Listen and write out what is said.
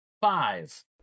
Five